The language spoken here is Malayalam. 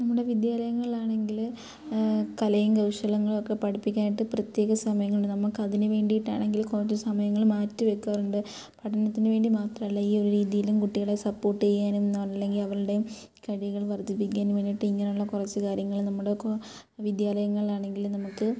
നമ്മുടെ വിദ്യാലയങ്ങളിലാണെങ്കിൽ കലയും കൗശലങ്ങളൊക്കെ പഠിപ്പിക്കാനായിട്ട് പ്രത്യേക സമയങ്ങളുണ്ട് നമുക്ക് അതിനു വേണ്ടിട്ട് ആണെങ്കിൽ കുറച്ച് സമയങ്ങൾ മാറ്റി വെക്കാറുണ്ട് പഠനത്തിന് വേണ്ടി മാത്രമല്ല ഈ ഒരു രീതീലും കുട്ടികളെ സപ്പോർട്ട് ചെയ്യാനും അല്ലെങ്കിൽ അവരുടെ കഴിവുകൾ വർധിപ്പിക്കാനും വേണ്ടിട്ട് ഇങ്ങനെയുള്ള കുറച്ച് കാര്യങ്ങൾ നമ്മുടെ ഇപ്പോൾ വിദ്യാലയങ്ങളിലാണെങ്കിലും നമുക്ക്